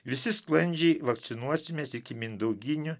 visi sklandžiai vakcinuosimės iki mindauginių